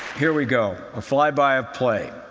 here we go a flyby of play.